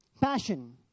passion